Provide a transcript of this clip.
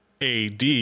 AD